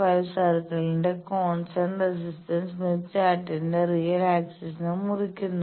5 സർക്കിളിന്റെ constant resistance Smith ചാർട്ടിന്റെ real axis മുറിക്കുന്നു